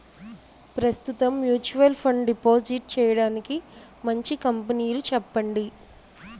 ప్రస్తుతం mutual fund deposit చేయడానికి మంచి కంపెనీలు చెప్పండి